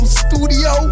studio